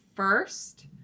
First